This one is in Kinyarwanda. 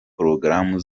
porogaramu